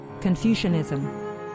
Confucianism